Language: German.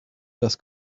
das